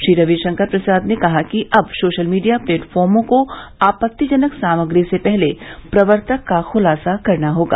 श्री रवि शंकर प्रसाद ने कहा कि अब सोशल मीडिया प्लेटफार्मो को आपत्तिजनक सामग्री के पहले प्रवर्तक का खुलासा करना होगा